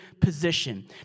position